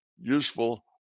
useful